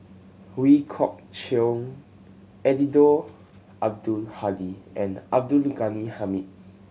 Ooi Kok Chuen Eddino Abdul Hadi and Abdul Ghani Hamid